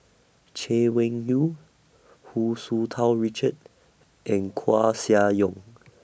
Chay Weng Yew Hu Tsu Tau Richard and Koeh Sia Yong